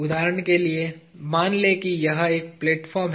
उदाहरण के लिए मान लें कि यह एक प्लेटफार्म है